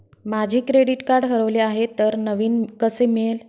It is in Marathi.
माझे क्रेडिट कार्ड हरवले आहे तर नवीन कसे मिळेल?